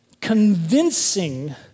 convincing